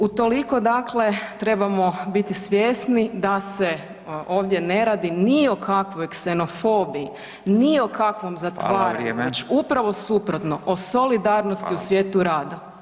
Utoliko dakle trebamo biti svjesni da se ovdje ne radi ni o kakvoj ksenofobiji, ni o kakvom zatvaranju [[Upadica: Hvala, vrijeme.]] upravo suprotno, o solidarnosti u svijetu rada.